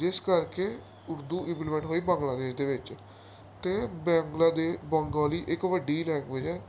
ਜਿਸ ਕਰਕੇ ਉਰਦੂ ਇੰਪਲੀਮੈਂਟ ਹੋਈ ਬਾਂਗਲਾਦੇਸ਼ ਦੇ ਵਿੱਚ ਅਤੇ ਬਾਂਗਲਾ ਦੇ ਬੰਗਾਲੀ ਇੱਕ ਵੱਡੀ ਲੈਂਗੁਏਜ ਹੈ